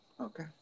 Okay